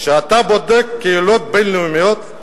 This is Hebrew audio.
כשאתה בודק את הקהילה הבין-לאומית,